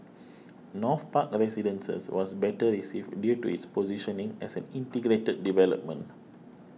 North Park Residences was better received due to its positioning as an integrated development